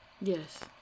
Yes